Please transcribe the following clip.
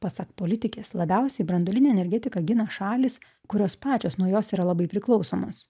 pasak politikės labiausiai branduolinę energetiką gina šalys kurios pačios naujos yra labai priklausomos